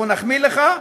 אנחנו נחמיא לך.